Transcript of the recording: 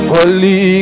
Holy